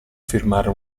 firmare